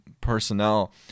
personnel